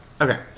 okay